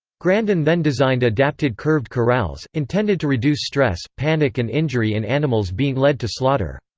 grandin then designed adapted curved corrals, intended to reduce stress, panic and injury in animals being led to slaughter.